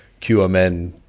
QMN